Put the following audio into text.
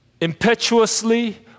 impetuously